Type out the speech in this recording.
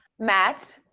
matt,